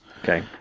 Okay